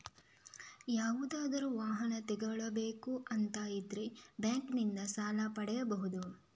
ಯಾವುದಾದ್ರೂ ವಾಹನ ತಗೊಳ್ಬೇಕು ಅಂತ ಇದ್ರೆ ಬ್ಯಾಂಕಿನಿಂದ ಸಾಲ ಪಡೀಬಹುದು